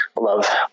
love